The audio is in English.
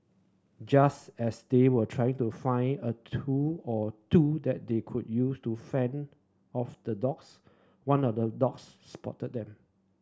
just as they were trying to find a tool or two that they could use to fend off the dogs one of the dogs spotted them